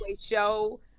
show